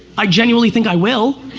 i genuinely think i will.